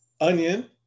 onion